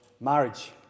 marriage